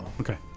okay